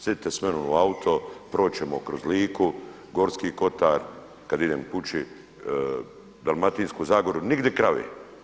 Sidite s menom u auto proći ćemo kroz Liku, Gorski kotar kada idem kući Dalmatinsku zagoru nigdi krave.